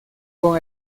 con